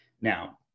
Now